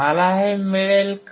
मला हे मिळेल का